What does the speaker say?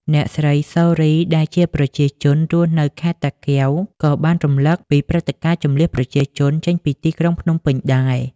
អ្នកស្រី សូ រី ដែលជាប្រជាជនរស់នៅខេត្តតាកែវក៏បានរំឭកពីព្រឹត្តិការណ៍ជម្លៀសប្រជាជនចេញពីទីក្រុងភ្នំពេញដែរ។